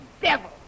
devil